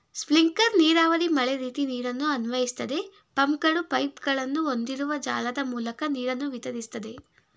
sprinkler ನೀರಾವರಿ ಮಳೆರೀತಿ ನೀರನ್ನು ಅನ್ವಯಿಸ್ತದೆ ಪಂಪ್ಗಳು ಪೈಪ್ಗಳನ್ನು ಹೊಂದಿರುವ ಜಾಲದ ಮೂಲಕ ನೀರನ್ನು ವಿತರಿಸ್ತದೆ